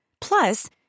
Plus